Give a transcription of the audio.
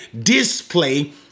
display